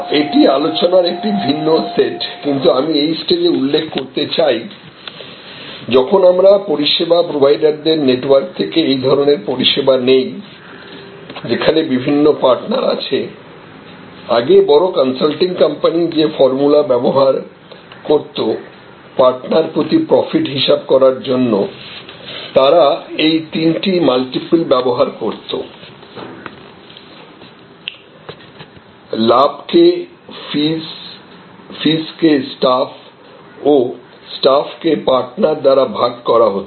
এটি আলোচনার একটি ভিন্ন সেট কিন্তু আমি এই স্টেজে উল্লেখ করতে চাই যখন আমরা পরিষেবা প্রোভাইডারদের নেটওয়ার্ক থেকে এই ধরনের পরিষেবা নিই যেখানে বিভিন্ন পার্টনার আছে আগে বড় কনসাল্টিং কোম্পানি যে ফর্মুলা ব্যবহার করত পার্টনার প্রতি প্রফিট হিসাব করবার জন্য তারা এই তিনটি মাল্টিপল ব্যবহার করত লাভ কে ফিস ফিস কে স্টাফ ও স্টাফ কে পার্টনার দ্বারা ভাগ করা হত